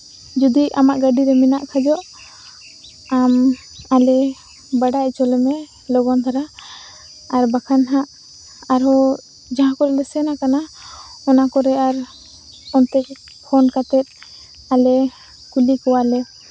ᱡᱩᱫᱤ ᱟᱢᱟᱜ ᱜᱟᱹᱰᱤ ᱨᱮ ᱢᱮᱱᱟᱜ ᱠᱷᱟᱡ ᱫᱚ ᱟᱢ ᱟᱞᱮ ᱵᱟᱰᱟᱭ ᱚᱪᱚ ᱞᱮᱢᱮ ᱞᱚᱜᱚᱱ ᱫᱷᱟᱨᱟ ᱟᱨ ᱵᱟᱠᱷᱟᱱ ᱦᱟᱸᱜ ᱟᱨᱦᱚᱸ ᱡᱟᱦᱟᱸ ᱠᱚᱨᱮ ᱞᱮ ᱥᱮᱱᱟᱠᱟᱱᱟ ᱚᱱᱟ ᱠᱚᱨᱮ ᱟᱨ ᱚᱱᱛᱮ ᱯᱷᱳᱱ ᱠᱟᱛᱮ ᱟᱞᱮ ᱠᱩᱞᱤ ᱠᱚᱣᱟᱞᱮ